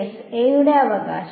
a യുടെ അവകാശം